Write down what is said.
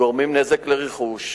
גורמים נזק לרכוש,